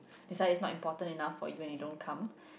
that's why is not important enough for you and you don't come